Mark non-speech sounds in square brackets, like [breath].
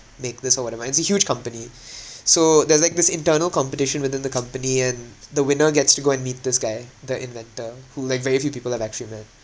make this or whatever it's a huge company [breath] so there's like this internal competition within the company and the winner gets to go and meet this guy the inventor who like very few people have actually met